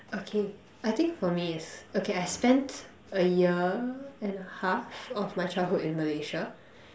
okay I think for me is okay I spent a year and half of my childhood in Malaysia